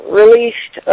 released